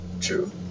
True